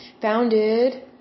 founded